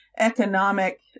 Economic